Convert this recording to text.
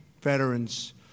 veterans